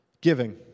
giving